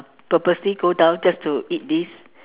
purposely go down just to eat this